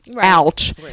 ouch